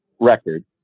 record